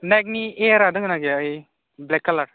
नाइकनि एयारआ दङ ना गैया ओइ ब्लेक कालारफोर